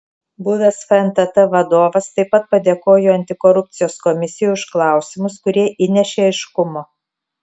buvęs fntt vadovas taip pat padėkojo antikorupcijos komisijai už klausimus kurie įnešė aiškumo